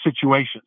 situations